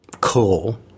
cool